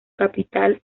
capital